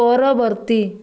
ପରବର୍ତ୍ତୀ